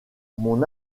mon